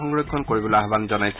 সংৰক্ষণ কৰিবলৈ আহ্বান জনাইছে